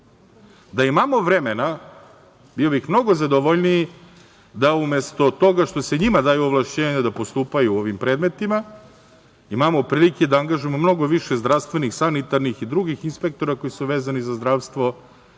Da imamo vremena bio bih mnogo zadovoljniji da umesto toga što se njima daju ovlašćenja da postupaju u ovim predmetima, imamo prilike da angažujemo mnogo više zdravstvenih sanitarnih i drugih inspektora koji su vezani za zdravstvo